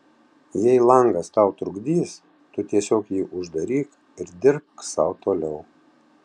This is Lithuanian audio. jei langas tau trukdys tu tiesiog jį uždaryk ir dirbk sau toliau